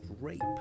rape